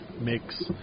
mix